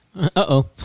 Uh-oh